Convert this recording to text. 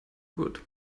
good